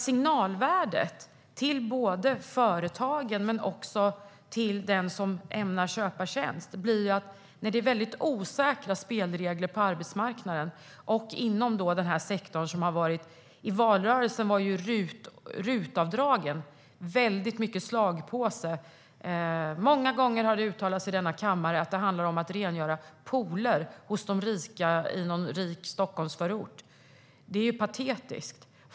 Signalvärdet till både företagen och den som ämnar köpa en tjänst är negativt när det är osäkra spelregler på arbetsmarknaden och inom denna sektor. I valrörelsen var RUT-avdragen slagpåse. Många gånger har det i kammaren uttalats att det handlar om att rengöra pooler hos rika i en rik Stockholmsförort. Det är patetiskt.